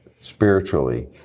spiritually